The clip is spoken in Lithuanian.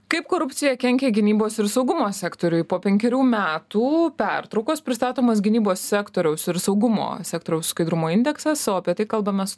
kaip korupcija kenkia gynybos ir saugumo sektoriui po penkerių metų pertraukos pristatomas gynybos sektoriaus ir saugumo sektoriaus skaidrumo indeksas o apie tai kalbamės